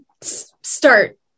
start